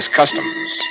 customs